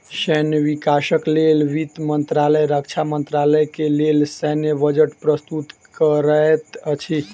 सैन्य विकासक लेल वित्त मंत्रालय रक्षा मंत्रालय के लेल सैन्य बजट प्रस्तुत करैत अछि